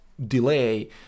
delay